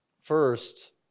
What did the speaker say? First